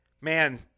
Man